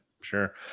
sure